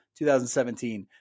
2017